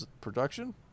production